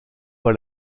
pas